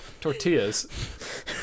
tortillas